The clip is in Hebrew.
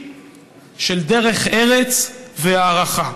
של דרך ארץ והערכה.